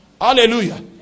Hallelujah